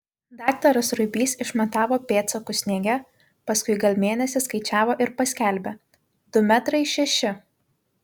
daktaras ruibys išmatavo pėdsakus sniege paskui gal mėnesį skaičiavo ir paskelbė du metrai šeši